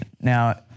Now